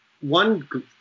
One